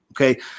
Okay